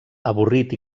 avorrit